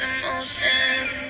emotions